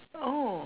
oh